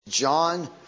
John